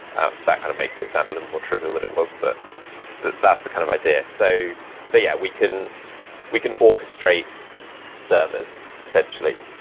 um that kind of makes it sound a little more trivial than it was, but that's the kind of idea. so so yeah. we can we can orchestrate service essentially.